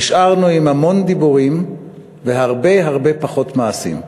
נשארנו עם המון דיבורים ועם הרבה הרבה פחות מעשים.